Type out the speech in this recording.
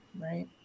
right